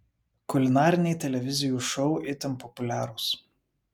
kulinariniai televizijų šou itin populiarūs